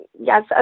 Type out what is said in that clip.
yes